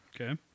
Okay